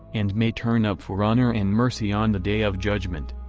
and may turn up for honor and mercy on the day of judgment.